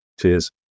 Cheers